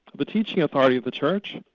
the teaching authority of the church,